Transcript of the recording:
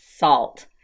salt